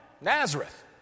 Nazareth